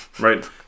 Right